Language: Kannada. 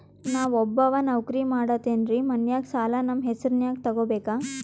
ನಾ ಒಬ್ಬವ ನೌಕ್ರಿ ಮಾಡತೆನ್ರಿ ಮನ್ಯಗ ಸಾಲಾ ನಮ್ ಹೆಸ್ರನ್ಯಾಗ ತೊಗೊಬೇಕ?